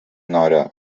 nora